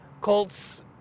Colts